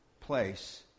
place